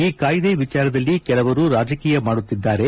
ಈ ಕಾಯ್ದೆ ವಿಚಾರದಲ್ಲಿ ಕೆಲವರು ರಾಜಕೀಯ ಮಾಡುತ್ತಿದ್ದಾರೆ